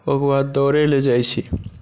ओकर बाद दौड़य लए जाइत छी